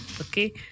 Okay